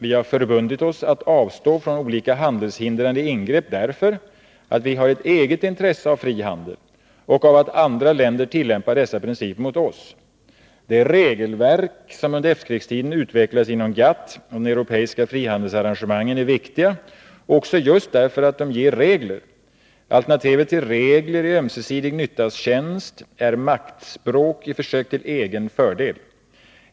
Vi har förbundit oss att avstå från olika handelshindrande ingrepp därför att vi har ett eget intresse av fri handel och av att andra länder tillämpar dessa principer Nr 31 motoss. Det regelverk som under efterkrigstiden har utvecklats inom GATT Måndagen den och de europeiska frihandelsarrangemangen är viktiga också just därför att 22 november 1982 de ger regler. Alternativet till regler i ömsesidig nyttas tjänst är maktspråk i försök till egen fördel.